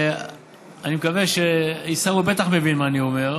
ואני מקווה, עיסאווי בטח מבין מה אני אומר,